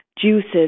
juices